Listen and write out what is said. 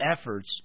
efforts